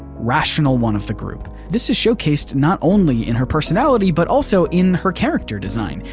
rational one of the group. this is showcased not only in her personality but also in her character design.